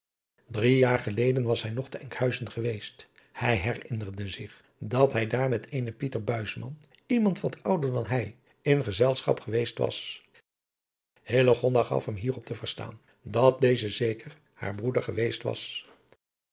drie jaar geleden was hij nog te enkhuizen geweest hij herinnerde zich dat hij daar met eenen pieter buisman iemand wat ouder dan hij in gezelschap geweest was hillegonda gaf hem hierop te verstaan dat deze zeker haar broeder geweest was